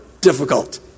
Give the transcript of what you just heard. difficult